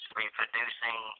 reproducing